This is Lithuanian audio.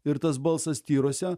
ir tas balsas tyruose